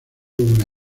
una